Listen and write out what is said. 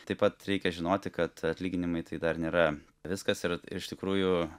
taip pat reikia žinoti kad atlyginimai tai dar nėra viskas ir iš tikrųjų